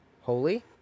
holy